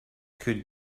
could